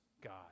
God